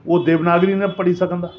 हू देवनागरी न पढ़ी सघंदा